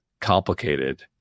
complicated